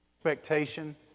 expectation